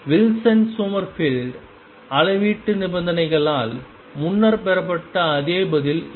Wilson Sommerfeld அளவீட்டு நிபந்தனைகளால் முன்னர் பெறப்பட்ட அதே பதில் இது